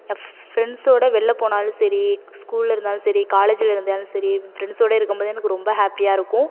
என் ஃப்ரெண்ட்ஸோட வெளில போனாலும் சரி ஸ்கூல்ல இருந்தாலும் சரி காலேஜ்ல இருந்தாலும் சரி என் ஃப்ரெண்ட்ஸோட இருக்கும் போது எனக்கு ரொம்ப ஹாப்பியாக இருக்கும்